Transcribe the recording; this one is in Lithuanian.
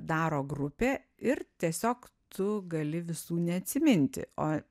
daro grupė ir tiesiog tu gali visų neatsiminti o